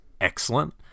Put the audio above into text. excellent